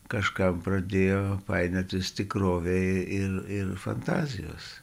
kažkam pradėjo painiotis tikrovė ir ir fantazijos